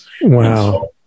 Wow